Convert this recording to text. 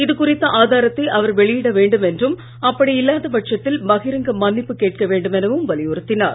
இதுகுறித்த ஆதாரத்தை அவர் வெளியிட வேண்டும் என்றும் அப்படி இல்லாத பட்சத்தில் பகிரங்க மன்னிப்பு கேட்க வேண்டும் எனவும் வலியுறுத்தினார்